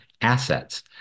assets